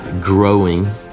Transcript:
growing